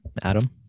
Adam